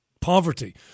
poverty